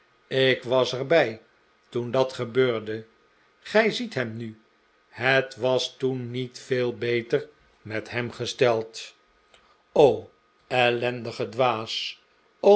ik was er bij toen dat gebeurde gij ziet hem nu het was toen niet veel beter met hem gesteld o ellendige dwaas